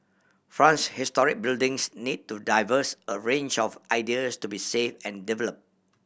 France historic buildings need to diverse a range of ideas to be save and develop